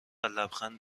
لبخند